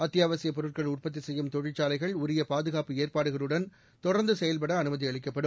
அத்தியாவசியப் பொருட்கள் உற்பத்தி செய்யும் தொழிற்சாலைகள் உரிய பாதுகாப்பு ஏற்பாடுகளுடன் தொடர்ந்து செயல்பட அனுமதி அளிக்க்பபடும்